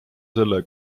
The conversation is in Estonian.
selle